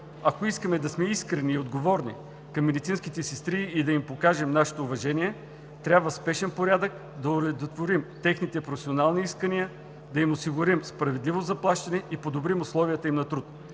ако искаме да сме искрени и отговорни към медицинските сестри и да им покажем нашето уважение, трябва в спешен порядък да удовлетворим техните професионални искания, да им осигурим справедливо заплащане и подобрим условията им на труд.